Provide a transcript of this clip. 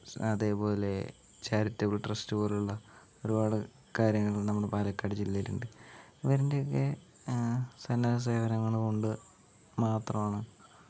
അതേപോലെ charitable trust പോലുള്ള ഒരുപാട് കാര്യങ്ങൾ നമ്മുടെ പാലക്കാട് ജില്ലയിലുണ്ട് ഇവരെൻ്റെ ഒക്കെ സന്നദ്ധ സേവനങ്ങളും കൊണ്ട് മാത്രമാണ്